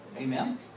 Amen